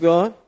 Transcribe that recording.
God